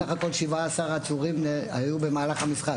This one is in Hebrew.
סך הכול 17 עצורים היו במהלך המשחק.